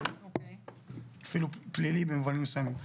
אפילו פלילי במובן מסוים.